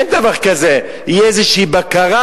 אין דבר כזה: תהיה איזושהי בקרה,